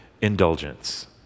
indulgence